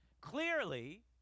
Clearly